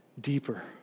deeper